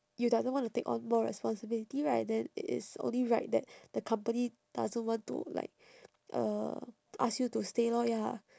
you doesn't want to take on more responsibility right then it is only right that the company doesn't want to like uh ask you to stay lor ya lah